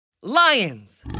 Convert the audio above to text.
Lions